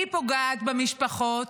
היא פוגעת במשפחות,